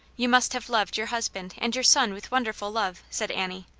you must have loved your husband and your son with wonderful love, said annie.